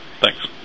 Thanks